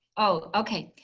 oh okay,